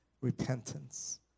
repentance